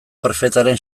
prefetaren